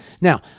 Now